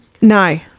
No